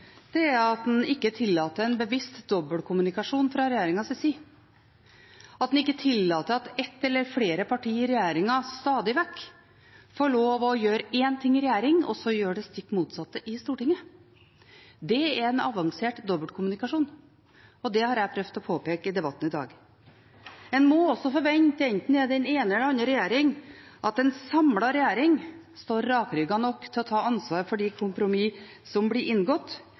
mindretallsregjering, er at en ikke tillater en bevisst dobbeltkommunikasjon fra regjeringens side, at en ikke tillater at ett eller flere parti i regjeringen stadig vekk får lov til å gjøre én ting i regjering og så gjøre det stikk motsatte i Stortinget. Det er en avansert dobbeltkommunikasjon, og det har jeg prøvd å påpeke i debatten i dag. En må også forvente, enten det er den ene eller andre typen regjering, at en samlet regjering står rakrygget nok til å ta ansvar for de kompromiss som blir inngått,